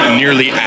nearly